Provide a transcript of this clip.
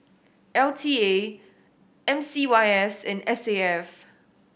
L T A M C Y S and S A F